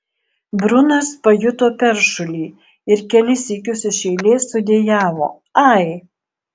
brunas pajuto peršulį ir kelis sykius iš eilės sudejavo ai